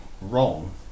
wrong